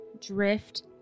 drift